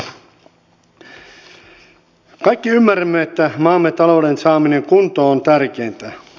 kaikki ymmärrämme että maamme talouden saaminen kuntoon on tärkeintä